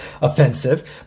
offensive